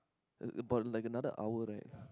in about like another hour right